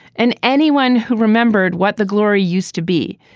and anyone who remembered what the glory used to be.